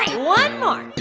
one more.